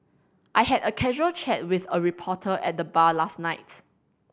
I had a casual chat with a reporter at the bar last night